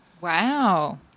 Wow